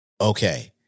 Okay